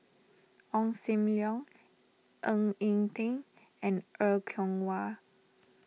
Ong Sam Leong Ng Eng Teng and Er Kwong Wah